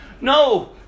No